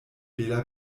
bela